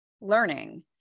learning